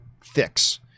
fix